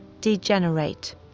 degenerate